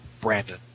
Brandon